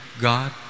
God